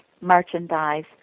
merchandise